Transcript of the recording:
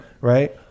Right